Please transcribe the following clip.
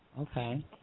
Okay